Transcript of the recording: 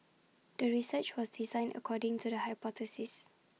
the research was designed according to the hypothesis